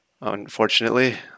unfortunately